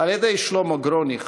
על-ידי שלמה גרוניך,